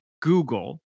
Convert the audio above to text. Google